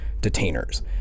detainers